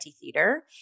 theater